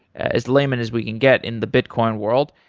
as layman as we can get in the bitcoin world.